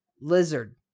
lizard